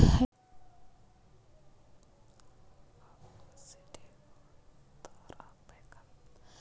ಸಿಟಿಗೋಳ ಉದ್ಧಾರ್ ಆಗ್ಬೇಕ್ ಅಂತ pooled finance development fund scheme ಸಾಲ ಕೊಡ್ತುದ್